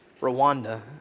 Rwanda